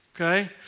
okay